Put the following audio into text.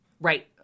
Right